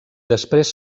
després